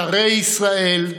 שרי ישראל,